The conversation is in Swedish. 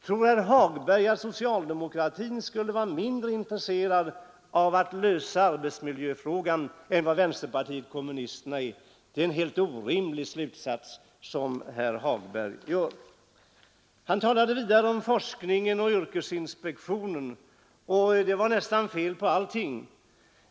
Tror herr Hagberg att socialdemokratin skulle vara mindre intresserad av att lösa arbetsmiljöfrågan än vänsterpartiet kommunisterna? Det är en helt orimlig slutsats som herr Hagberg drar. Herr Hagberg talade vidare om forskningen och om yrkesinspektionen, och ansåg att det var fel på nästan allting.